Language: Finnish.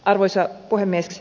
arvoisa puhemies